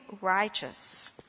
righteous